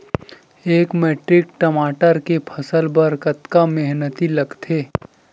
एक मैट्रिक टमाटर के फसल बर कतका मेहनती लगथे?